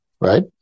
right